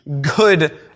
good